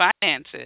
finances